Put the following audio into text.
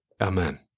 amen